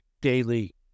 daily